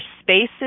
spaces